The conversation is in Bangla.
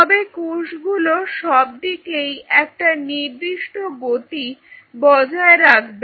তবে কোষগুলো সব দিকেই একটা নির্দিষ্ট গতি বজায় রাখবে